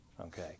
okay